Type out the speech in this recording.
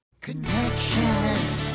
Connection